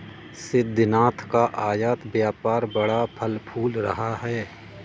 सिद्धिनाथ का आयत व्यापार बड़ा फल फूल रहा है